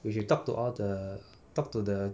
we should talk to all the talk to the